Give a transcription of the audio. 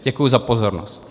Děkuji za pozornost.